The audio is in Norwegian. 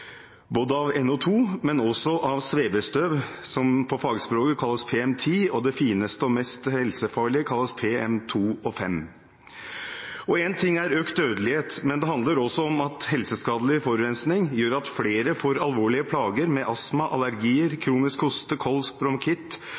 av både NO2 og svevestøv, som på fagspråket kalles PM10, og det fineste og mest helseskadelige kalles PM2,5. En ting er økt dødelighet, men det handler også om at helseskadelig forurensing gjør at flere får alvorlige plager med astma, allergier, kronisk hoste, kols,